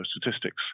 statistics